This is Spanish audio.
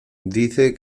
dice